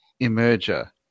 emerger